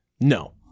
No